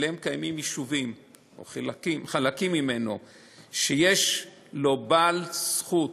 שעליהם קיימים יישובים או חלקים מהם שיש להם בעל זכות,